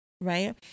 right